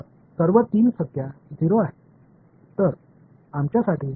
तर सर्व तीन संज्ञा 0 आहेत